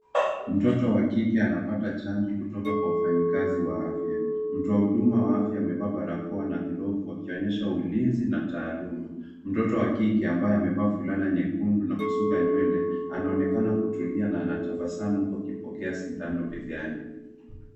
Mtoto wa kike anapata chanjo kutoka kwa mfanyakazi wa afya. Mtu wa huduma wa afya amevaa barakoa na glovu akionyesha ulinzi na taaluma. Mtoto wa kike ambaye amevaa fulana nyekundu na kusuka nywele anaonekana kutulia na anatabasamu huku akipokea sindano begani.